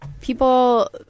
people